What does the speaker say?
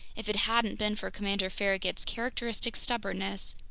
if it hadn't been for commander farragut's characteristic stubbornness,